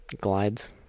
Glides